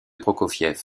prokofiev